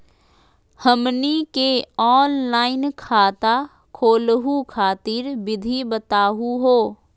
हमनी के ऑनलाइन खाता खोलहु खातिर विधि बताहु हो?